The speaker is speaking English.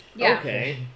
okay